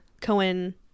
Cohen